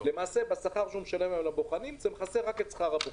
זה מכסה למעשה רק את שכר הבוחן.